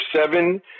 seven